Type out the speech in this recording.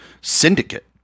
syndicate